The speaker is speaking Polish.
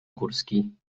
górski